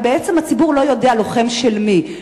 אבל בעצם, הציבור לא יודע: לוחם של מי?